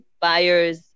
buyers